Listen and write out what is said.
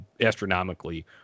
astronomically